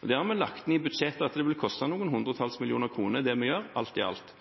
det vil koste noen hundretalls millioner kroner, det vi gjør, alt i alt.